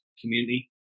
community